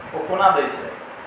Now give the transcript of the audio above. ओ कोना दै छै